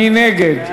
מי נגד?